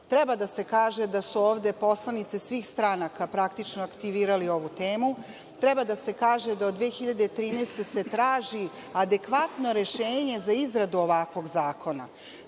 treba. Treba da se kaže da su ovde poslanice svih stranka praktično aktivirali ovu temu. Treba da se kaže da od 2013. godine se traži adekvatno rešenje za izradu ovakvog zakona.